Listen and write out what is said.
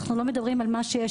אנחנו לא מדברים על מה שיש,